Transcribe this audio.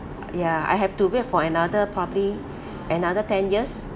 ya I have to wait for another probably another ten years